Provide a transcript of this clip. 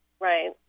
Right